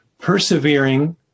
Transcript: Persevering